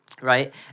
right